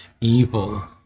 evil